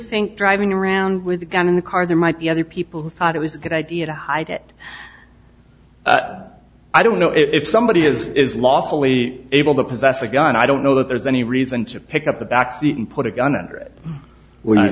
think driving around with a gun in the car there might be other people who thought it was a good idea to hide it i don't know if somebody is lawfully able to possess a gun i don't know that there's any reason to pick up the backseat and put a gun